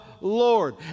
Lord